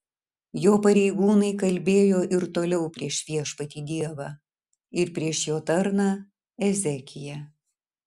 jo pareigūnai kalbėjo ir toliau prieš viešpatį dievą ir prieš jo tarną ezekiją